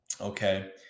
Okay